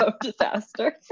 disaster